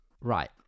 Right